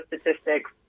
statistics